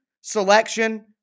selection